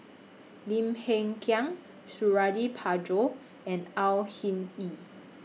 Lim Hng Kiang Suradi Parjo and Au Hing Yee